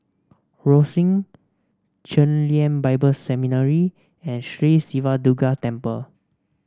Rosyth Chen Lien Bible Seminary and Sri Siva Durga Temple